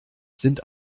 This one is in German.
sind